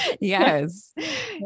Yes